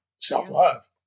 self-love